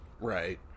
Right